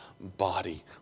body